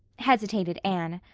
hesitated anne.